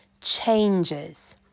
changes